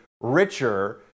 richer